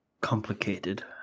complicated